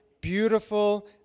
beautiful